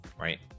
right